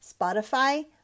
Spotify